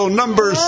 number